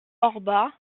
orba